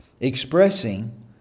expressing